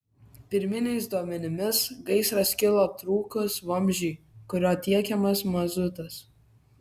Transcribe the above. pirminiais duomenimis gaisras kilo trūkus vamzdžiui kuriuo tiekiamas mazutas